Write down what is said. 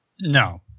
No